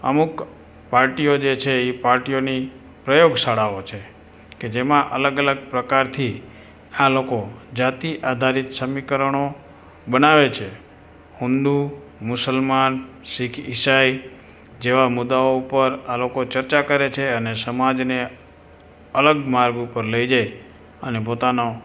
અમુક પાર્ટીઓ જે છે એ પાર્ટીઓની પ્રયોગશાળાઓ છે કે જેમાં અલગ અલગ પ્રકારથી આ લોકો જાતિ આધારિત સમીકરણો બનાવે છે હિન્દુ મુસલમાન શીખ ઇસાઈ જેવા મુદ્દાઓ પર આ લોકો ચર્ચા કરે છે અને સમાજને અલગ માર્ગ ઉપર લઈ જઈ અને પોતાનો